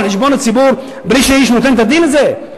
חשבון הציבור בלי שאיש נותן את הדין על זה?